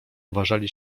uważali